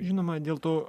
žinoma dėl to